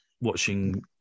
watching